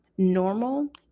normal